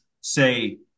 say